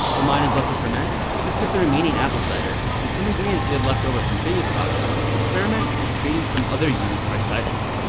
while mine is left to ferment, chris took the remaining apple cider and some ingredients we have left over from previous projects to experiment with creating some other unique hard ciders